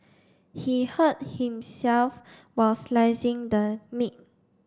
he hurt himself while slicing the meat